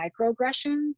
microaggressions